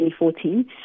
2014